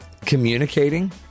communicating